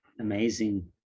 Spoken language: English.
amazing